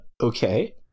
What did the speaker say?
Okay